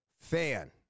fan